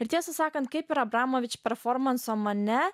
ir tiesą sakant kaip ir abramovičių performansą mane